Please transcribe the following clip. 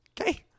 okay